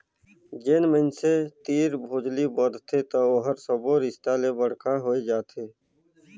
जेन मइनसे तीर भोजली बदथे त ओहर सब्बो रिस्ता ले बड़का होए जाथे